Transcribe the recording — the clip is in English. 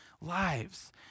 lives